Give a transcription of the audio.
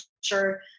sure